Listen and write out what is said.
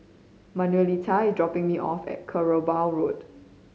Manuelita is dropping me off at Kerbau Road